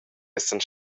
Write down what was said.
essan